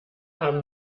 haben